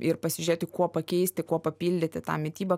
ir pasižiūrėti kuo pakeisti kuo papildyti tą mitybą